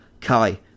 Kai